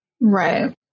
Right